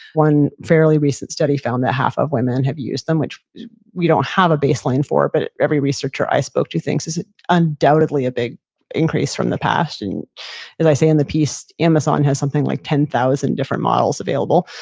one fairly recent study found that half of women have used them which we don't have a baseline for, but every researcher i spoke to thinks is undoubtedly a big increase from the past. and as i say in the piece, amazon has something like ten thousand different models available.